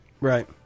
Right